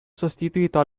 sostituito